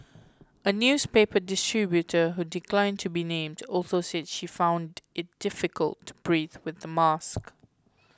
a newspaper distributor who declined to be named also said she found it difficult to breathe with the mask